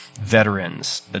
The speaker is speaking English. veterans